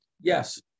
Yes